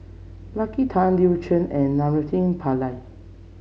Lucky Tan Lin Chen and Naraina Pillai